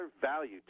value